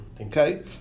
Okay